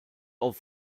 auf